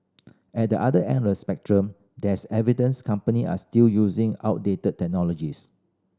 at the other end of the spectrum there is evidence company are still using outdated technologies